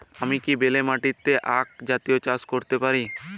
আমি কি বেলে মাটিতে আক জাতীয় চাষ করতে পারি?